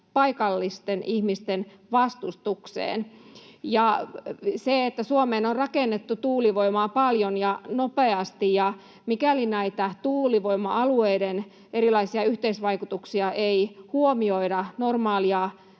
paikallisten ihmisten vastustukseen. Suomeen on rakennettu tuulivoimaa paljon ja nopeasti, ja mikäli näitä tuulivoima-alueiden erilaisia yhteisvaikutuksia ei huomioida normaalia